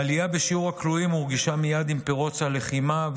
העלייה בשיעור הכלואים הורגשה מייד עם פרוץ הלחימה,